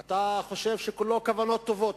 אתה חושב שכולו כוונות טובות,